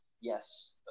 yes